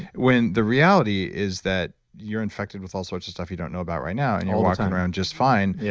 when the reality is that you're infected with all sorts of stuff you don't know about right now, and you're walking around just fine, yeah